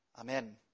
Amen